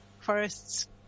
Forests